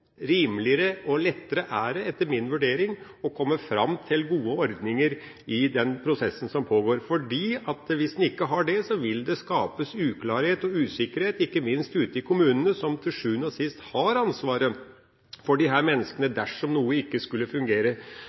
rimeligere og lettere er det – etter min vurdering – å komme fram til gode ordninger i den prosessen som pågår. Hvis man ikke har gode ordninger, skapes det uklarhet og usikkerhet, ikke minst ute i kommunene som til sjuende og sist har ansvaret for disse menneskene dersom noe ikke skulle fungere.